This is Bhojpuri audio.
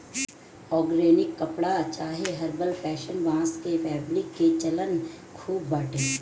ऑर्गेनिक कपड़ा चाहे हर्बल फैशन, बांस के फैब्रिक के चलन खूब बाटे